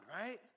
right